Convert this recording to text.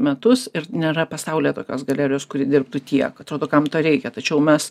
metus ir nėra pasaulyje tokios galerijos kuri dirbtų tiek atrodo kam to reikia tačiau mes